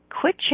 Quit